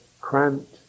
cramped